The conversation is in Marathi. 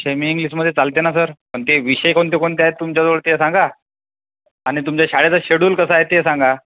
सेमीइंग्लिशमध्ये चालते ना सर पण ते विषय कोणते कोणते आहेत तुमच्याजवळ ते सांगा आणि तुमच्या शाळेचा शेड्युल कसा आहे ते सांगा